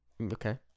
Okay